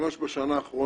ממש בשנה האחרונה,